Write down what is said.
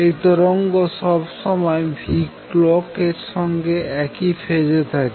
এই তরঙ্গ সবসময় clock এর সঙ্গে একই ফেজে থাকে